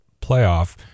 playoff